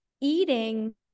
Eating